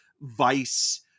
vice